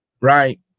right